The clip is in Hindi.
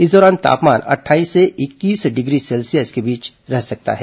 इस दौरान तापमान अट्ठाईस से इक्कीस डिग्री सेल्सियस के बीच रह सकता है